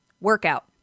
Workout